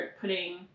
putting